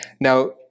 Now